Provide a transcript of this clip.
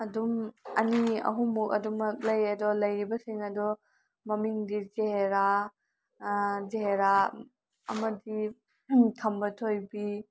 ꯑꯗꯨꯝ ꯑꯅꯤ ꯑꯍꯨꯝ ꯑꯗꯨꯃꯛ ꯂꯩ ꯑꯗꯣ ꯂꯩꯔꯤꯕꯁꯤꯡ ꯑꯗꯣ ꯃꯃꯤꯡꯗꯤ ꯖꯍꯦꯔꯥ ꯖꯍꯦꯔꯥ ꯑꯃꯗꯤ ꯈꯝꯕ ꯊꯣꯏꯕꯤ